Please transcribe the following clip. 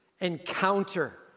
Encounter